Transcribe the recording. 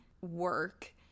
work